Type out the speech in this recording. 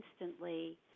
instantly